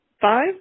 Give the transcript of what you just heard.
five